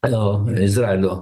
alio izraelio